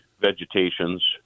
vegetations